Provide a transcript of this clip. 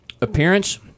Appearance